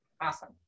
Awesome